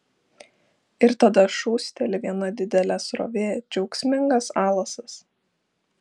ir tada šūsteli viena didelė srovė džiaugsmingas alasas